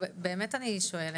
אני באמת שואלת.